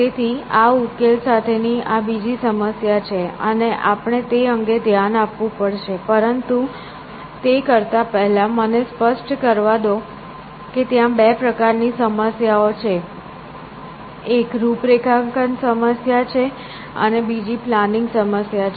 તેથી આ ઉકેલ સાથેની આ બીજી સમસ્યા છે અને આપણે તે અંગે ધ્યાન આપવું પડશે પરંતુ તે કરતા પહેલા મને સ્પષ્ટ કરવા દો કે ત્યાં બે પ્રકારની સમસ્યાઓ છે એક રૂપરેખાંકન સમસ્યા છે અને બીજી પ્લાનિંગ સમસ્યા છે